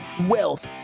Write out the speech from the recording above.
wealth